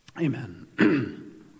Amen